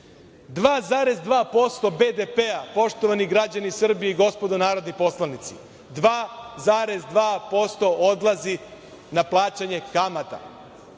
2,2% BDP-a, poštovani građani Srbije i gospodo narodni poslanici, 2,2% odlazi na plaćanje kamata.